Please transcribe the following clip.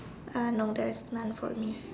uh no there is none for me